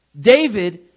David